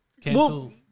Cancel